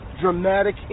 dramatic